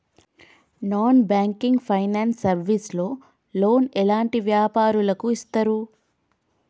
Non banking finance service లో loan ఎలాంటి వ్యాపారులకు ఇస్తరు?